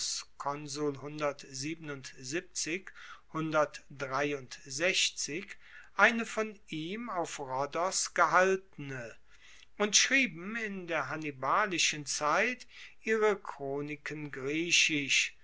eine von ihm auf rhodos gehaltene und schrieben in der hannibalischen zeit ihre chroniken griechisch